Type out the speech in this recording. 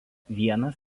vienas